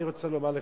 אני רוצה לומר לך,